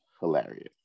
hilarious